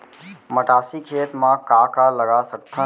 मटासी खेत म का का लगा सकथन?